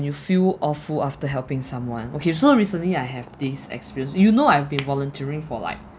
you feel awful after helping someone okay so recently I have this experience you know I've been volunteering for like